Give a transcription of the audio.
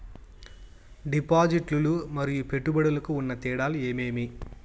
డిపాజిట్లు లు మరియు పెట్టుబడులకు ఉన్న తేడాలు ఏమేమీ?